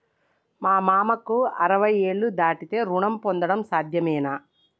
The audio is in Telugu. మా మామకు అరవై ఏళ్లు దాటితే రుణం పొందడం సాధ్యమేనా?